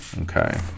Okay